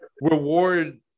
reward